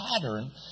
pattern